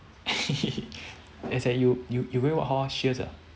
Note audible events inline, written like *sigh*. *laughs* as in you you going what hall ah sheares ah